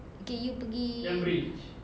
okay you pergi